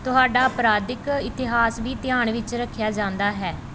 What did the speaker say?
ਤੁਹਾਡਾ ਅਪਰਾਧਿਕ ਇਤਿਹਾਸ ਵੀ ਧਿਆਨ ਵਿੱਚ ਰੱਖਿਆ ਜਾਂਦਾ ਹੈ